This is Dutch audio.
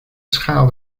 schaal